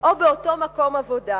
או באותו מקום עבודה,